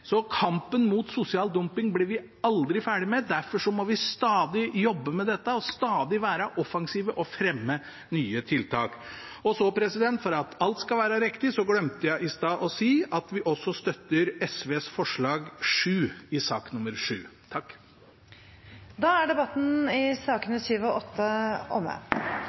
Så kampen mot sosial dumping blir vi aldri ferdige med. Derfor må vi stadig jobbe med dette og stadig være offensive og fremme nye tiltak. Og for at alt skal være riktig: Jeg glemte i stad å si at vi også støtter SVs forslag nr. 7 i sak nr. 7. Flere har ikke bedt om ordet til sakene